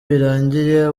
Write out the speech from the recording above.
birangiye